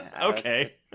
Okay